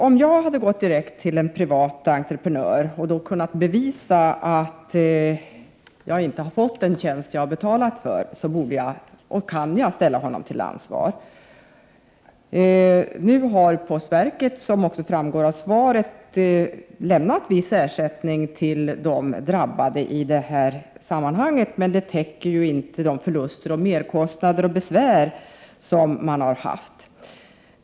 Om jag hade gått direkt till en privat entreprenör och kunnat bevisa att jag inte har fått den tjänst som jag betalat för utförd, kunde jag ha ställt honom till ansvar. Som framgår av svaret har nu postverket lämnat viss ersättning till de drabbade i det här fallet, men denna ersättning täcker ju inte de förluster, merkostnader och besvär som detta har medfört.